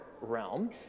realm